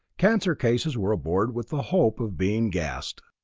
cancer cases were aboard with the hope of being gassed.